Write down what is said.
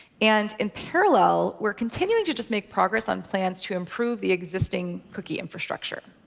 and in parallel, we're continuing to just make progress on plans to improve the existing cookie infrastructure.